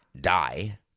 die